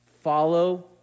follow